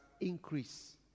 increase